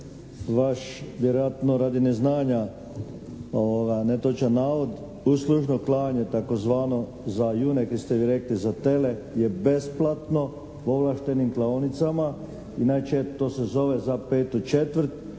vaš vjerojatno radi neznanja netočan navod. Uslužno klane tako zvano za june kaj ste vi rekli za tele je besplatno u ovlaštenim klaonicama. Inače to se zove za petu četvrt